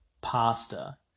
pasta